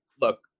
look